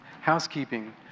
housekeeping